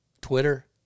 Twitter